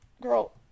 girl